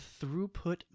throughput